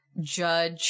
judge